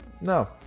no